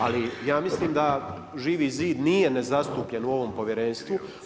Ali ja mislim da Živi zid nije nezastupljen u ovom Povjerenstvu.